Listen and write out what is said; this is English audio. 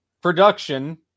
production